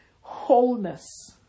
wholeness